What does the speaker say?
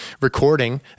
recording